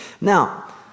Now